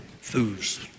foods